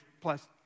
plus